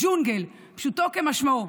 ג'ונגל, פשוטו כמשמעו.